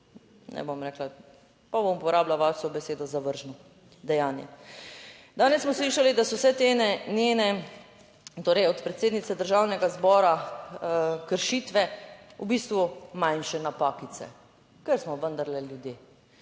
ne bom rekla, pa bom uporabila vašo besedo »zavržno dejanje«. Danes smo slišali, da so vse te njene, torej od predsednice Državnega zbora kršitve v bistvu manjše napakice, ker smo vendarle ljudje.